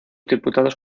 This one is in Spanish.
diputados